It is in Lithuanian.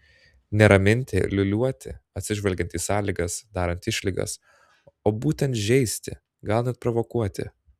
ne raminti liūliuoti atsižvelgiant į sąlygas darant išlygas o būtent žeisti gal net provokuoti